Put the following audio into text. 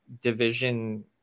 division